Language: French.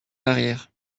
l’arrière